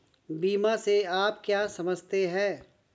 बीमा से आप क्या समझते हैं?